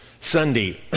Sunday